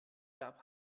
gab